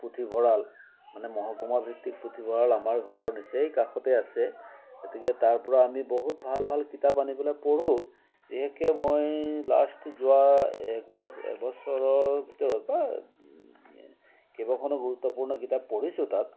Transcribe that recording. পুথিভঁৰাল মানে মহকুমা ভিত্তিত পুথিভঁৰাল আমাৰ ঘৰৰ নিচেই কাষতে আছে গতিকে তাৰপৰা আমি বহুত ভাল ভাল কিতাপ আনি পেলাই পঢ়োঁ বিশেষকে মই লাষ্ট যোৱা এক বছ এবছৰৰ ভিতৰত বা কেইবাখনো গুৰুত্বপূৰ্ণ কিতাপ পঢ়িছোঁ তাত